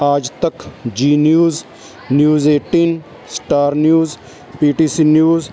Aaj Tak Zee news news eighteen star news P T C news